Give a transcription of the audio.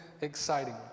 exciting